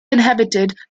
inhabited